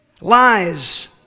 Lies